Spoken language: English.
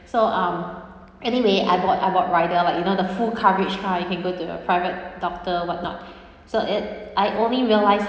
so um anyway I bought I bought rider like you know the full coverage kind I can go to the private doctor what not so it I only realised